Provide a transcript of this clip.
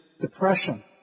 depression